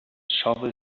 shovel